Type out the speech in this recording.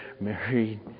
married